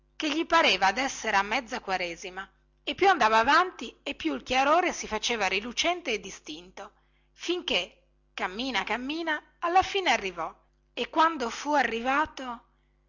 che gli pareva di essere a mezza quaresima e più andava avanti e più il chiarore si faceva rilucente e distinto finché cammina cammina alla fine arrivò e quando fu arrivato